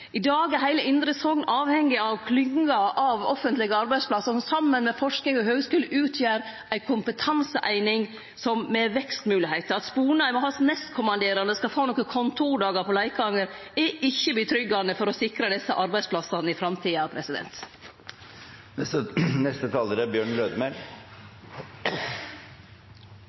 I dag er heile indre Sogn avhengig av klynger av offentlege arbeidsplassar som saman med forsking og høgskule utgjer ei kompetanseeining med vekstmoglegheiter. At Lars Sponheim og hans nestkommanderande skal få nokre kontordagar på Leikanger, er ikkje tryggjande for å sikre desse arbeidsplassane i framtida.